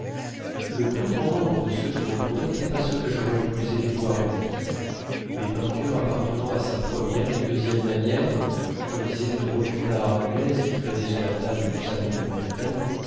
le plus grand nombre de ceux qui m'entouraient n'étaient pas ce que j'aurais le plus aimé à voir de lui les peintures appartenant à ses première et deuxième manières comme disait une revue d'art anglaise qui traînait sur la table du salon du